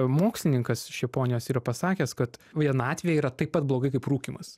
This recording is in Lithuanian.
mokslininkas iš japonijos yra pasakęs kad vienatvė yra taip pat blogai kaip rūkymas